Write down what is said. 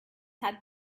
had